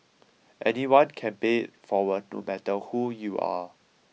anyone can pay it forward no matter who you are